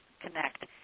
connect